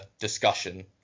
discussion